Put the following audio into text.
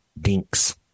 Dinks